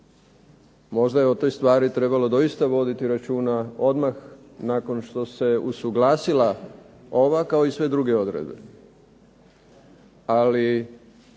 možda je o toj stvari trebalo doista voditi računa odmah nakon što se usuglasila ova kao i sve druge odredbe. Ali